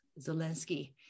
Zelensky